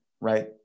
right